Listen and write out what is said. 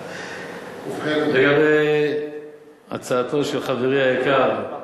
לגבי הצעתו של חברי היקר,